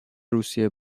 روسیه